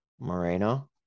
Moreno